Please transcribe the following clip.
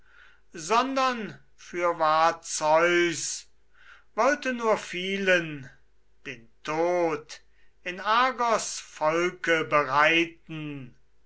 sondern fürwahr zeus wollte nur vielen den tod in argos volke bereiten